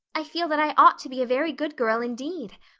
i feel that i ought to be a very good girl indeed.